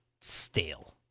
stale